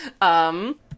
um-